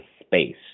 space